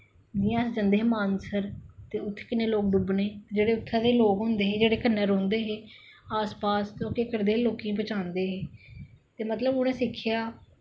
जि'यां अस जंदे हे मानसर ते उत्थै किन्ने लोग डुब्बने जेह्ड़े उत्थै दे लोग होंदे हे जेह्ड़े कन्नै रौंह्दे हे आस पास ते ओह् केह् करदे हे लोकें गी बचांदे हे ते उ'नैं मतलव सिक्खेआ